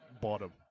bottom